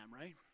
right